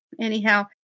Anyhow